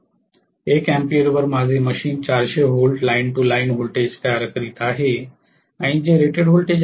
1 अँपिअरवर माझे machine 400 volt line to line voltage तयार करीत आहे जे रेटेड व्होल्टेज आहे